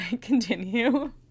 continue